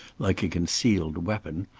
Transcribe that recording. like a concealed weapon,